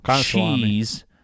cheese